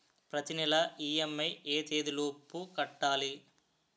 ప్రతినెల ఇ.ఎం.ఐ ఎ తేదీ లోపు కట్టాలి?